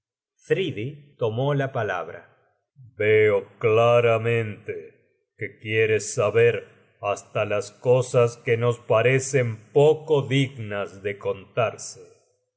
thridi tomó la palabra veo claramente que quieres saber hasta las cosas que nos parecen poco dignas de contarse